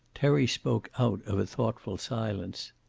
terry spoke out of a thoughtful silence.